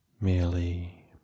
merely